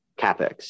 CapEx